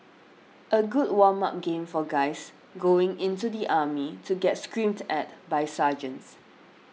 a good warm up game for guys going into the army to get screamed at by sergeants